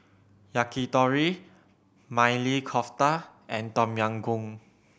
Yakitori Maili Kofta and Tom Yam Goong